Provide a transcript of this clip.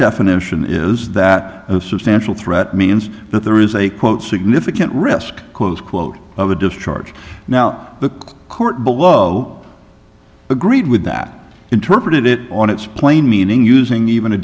definition is that a substantial threat means that there is a quote significant risk close quote of a discharge now the court below agreed with that interpret it on its plain meaning using even a